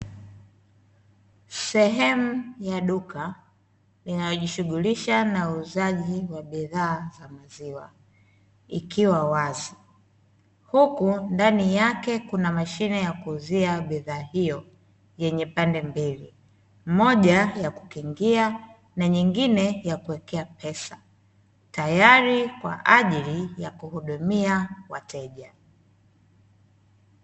Sehemu ya duka linalojishughulisha na uuzaji wa bidhaa za maziwa ikiwa wazi. Huku ndani yake kuna mashine ya kuuzia bidhaa hiyo yenye pande mbili, moja ya kukingia na nyingine ya kuwekea pesa. Tayari kwa ajili ya kuhudumia wateja.